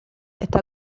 está